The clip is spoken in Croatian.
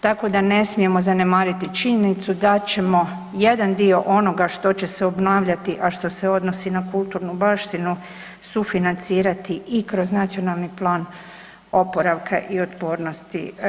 Tako da ne smijemo zanemariti činjenicu da ćemo jedan dio onoga što će se obnavljati, a što se odnosi na kulturnu baštinu sufinancirati i kroz Nacionalni plan oporavka i otpornosti.